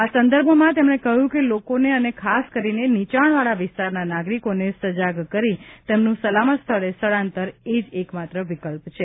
આ સંદર્ભમાં તેમણે કહ્યું કે લોકોને અને ખાસ કરીને નીચાણવાળા વિસ્તારના નાગરિકોને સજાગ કરી તેમનું સલામત સ્થળે સ્થળાંતર એ જ એકમાત્ર વિકલ્પ છે